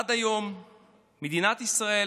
עד היום מדינת ישראל